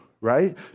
right